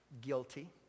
guilty